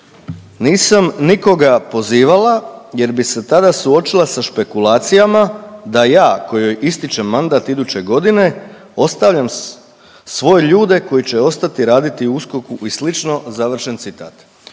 „Nisam nikoga pozivala jer bi se tada suočila sa špekulacijama da ja kojoj ističe mandat iduće godine ostavljam svoje ljude koji će ostati raditi u USKOK-u i sl.“, ovo je ako